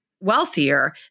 wealthier